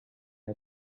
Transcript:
had